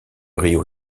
río